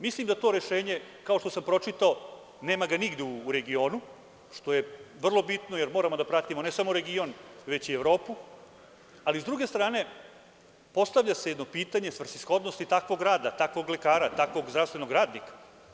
Mislim, da to rešenje kao što sam pročitao, nema ga nigde u regionu, što je vrlo bitno jer moramo da pratimo ne samo region već i Evropu, ali s druge strane postavlja se jedno pitanje svrsishodnosti takvog rada, takvog lekara, takvog zdravstvenog radnika.